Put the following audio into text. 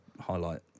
highlight